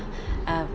uh